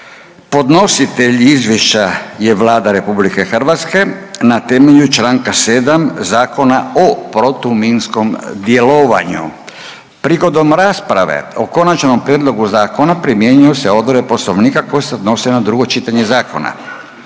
Podnositelj izvješća je Vlada RH na temelju čl. 7 Zakona o protuminskom djelovanju. Prigodom rasprave o konačnom prijedlogu zakona primjenjuju se odredbe Poslovnika koje se odnose na drugo čitanje zakona.